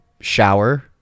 shower